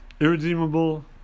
irredeemable